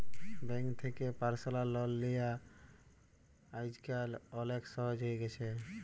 bank থ্যাকে personal loan লিয়া আইজকাল অলেক সহজ হ্যঁয়ে গেছে